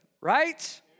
Right